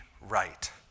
right